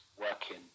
working